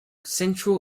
central